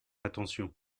attention